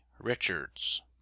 Richards